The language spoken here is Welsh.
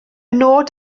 nod